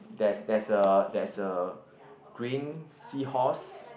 there's there's a there's a green seahorse